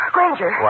Granger